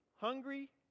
hungry